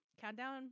countdown